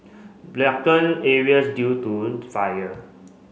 blackened areas due to the fire